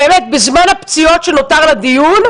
בזמן הפציעות שנותר לדיון,